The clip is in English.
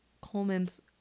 Coleman's